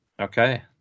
okay